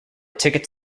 ticket